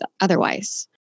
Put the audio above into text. otherwise